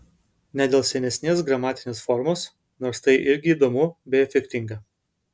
ne dėl senesnės gramatinės formos nors tai irgi įdomu bei efektinga